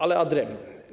Ale ad rem.